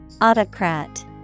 Autocrat